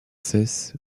cesse